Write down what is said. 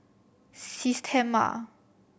Systema